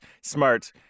smart